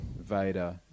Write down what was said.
vader